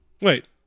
Wait